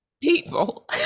people